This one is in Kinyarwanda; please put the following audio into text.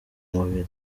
mubiri